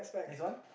next one